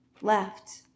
left